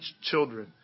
children